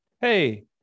Hey